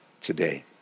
today